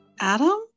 Adam